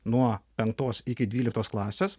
nuo penktos iki dvyliktos klasės